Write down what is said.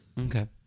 Okay